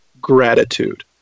gratitude